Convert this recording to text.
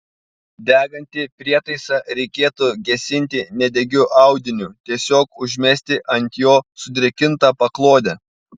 degantį prietaisą reikėtų gesinti nedegiu audiniu tiesiog užmesti ant jo sudrėkintą paklodę